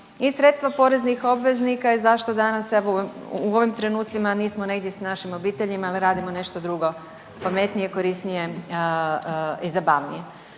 sredstva poreznih obveznika i zašto danas evo u ovim trenucima nismo negdje s našim obiteljima ili radimo nešto drugo, pametnije i korisnije i zabavnije.